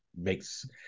makes